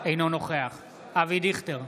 אינו נוכח אבי דיכטר,